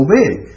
big